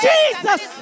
Jesus